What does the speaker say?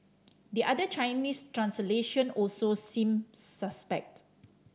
the other Chinese translation also seems suspect